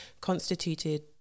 constituted